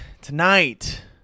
tonight